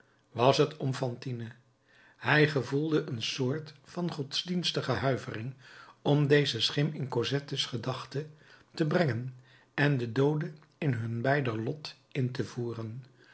was het om fantine hij gevoelde een soort van godsdienstige huivering om deze schim in cosette's gedachte te brengen en de doode in hun beider lot in te voeren